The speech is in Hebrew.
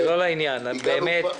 זה לא לעניין, באמת.